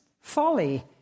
folly